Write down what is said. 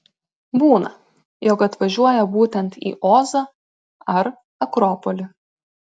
būna jog atvažiuoja būtent į ozą ar akropolį